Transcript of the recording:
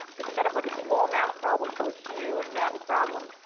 it's set up like a small math problem to a huge math problem,